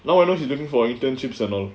now I know she looking for internships or all